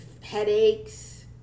headaches